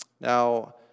Now